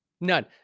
none